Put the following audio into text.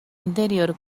interior